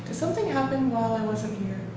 something happen while i wasn't here?